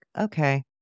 Okay